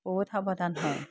বহুত সাৱধান হওঁ